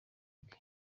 bwe